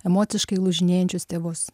emociškai lūžinėjančius tėvus